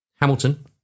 Hamilton